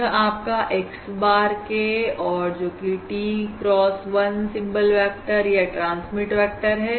यह आपका x bar k और जो कि t cross 1 सिंबल वेक्टर या ट्रांसमीट वेक्टर है